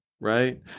right